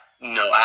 no